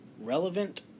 relevant